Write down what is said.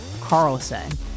carlson